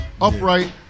Upright